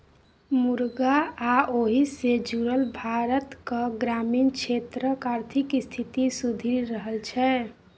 मुरगा आ ओहि सँ जुरल भारतक ग्रामीण क्षेत्रक आर्थिक स्थिति सुधरि रहल छै